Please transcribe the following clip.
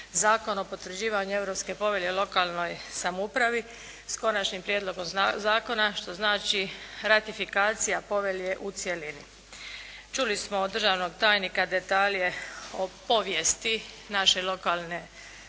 Zakon o potvrđivanju Europske povelje o lokalnoj samoupravi s Konačnim prijedlogom zakona što znači ratifikacija povelje u cjelini. Čuli smo od državnog tajnika detalje o povijesti naše lokalne uprave